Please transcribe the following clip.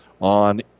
on